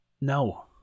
No